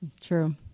True